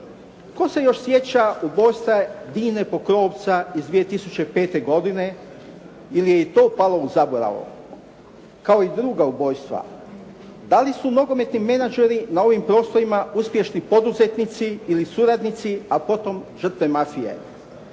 Tko se još sjeća ubojstva Dine Pokrovca iz 2005. godine ili je i to palo u zaborav, kao i druga ubojstva. Dali su nogometni menageri na ovim prostorima uspješni poduzetnici ili suradnici, a potom žrtve mafije.